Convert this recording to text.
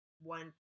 one